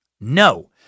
No